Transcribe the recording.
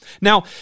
Now